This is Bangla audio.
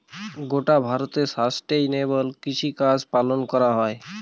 গোটা ভারতে সাস্টেইনেবল কৃষিকাজ পালন করা হয়